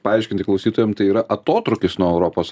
paaiškinti klausytojam tai yra atotrūkis nuo europos